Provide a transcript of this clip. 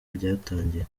ryatangiye